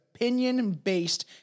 Opinion-based